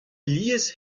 lies